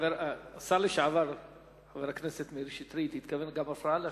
חבר הכנסת מאיר שטרית התכוון שזו גם הפרעה לשכנים.